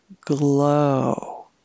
glow